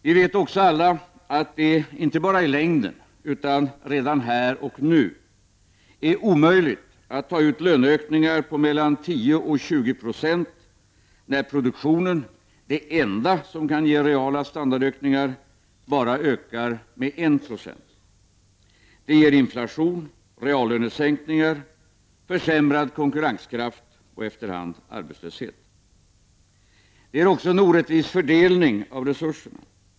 Vi vet också alla att det, inte bara i längden utan redan här och nu, är omöjligt att ta ut löneökningar på mellan 10 och 20 26 när produktionen, det enda som kan ge reala standardökningar, bara ökar med 196. Det ger inflation, reallönesänkningar, försämrad konkurrenskraft och efter hand arbetslöshet. Det ger också en orättvis fördelning av resurserna.